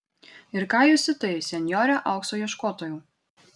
ir ką jūs į tai senjore aukso ieškotojau